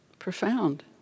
profound